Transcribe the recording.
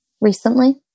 recently